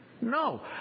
No